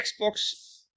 Xbox